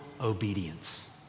obedience